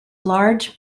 large